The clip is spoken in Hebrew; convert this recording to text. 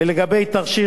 ולגבי תכשיר